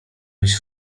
mieć